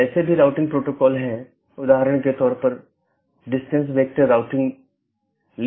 बस एक स्लाइड में ऑटॉनमस सिस्टम को देख लेते हैं